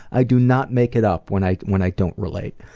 i do not make it up when i when i don't relate.